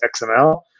XML